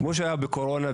כמו שהיה בקורונה,